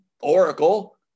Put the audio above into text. oracle